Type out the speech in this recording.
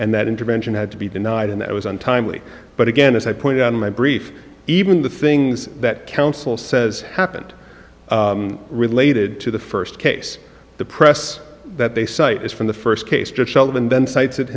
and that intervention had to be denied and that was untimely but again as i point out in my brief even the things that counsel says happened related to the first case the press that they cite is from the first case to child and then cites it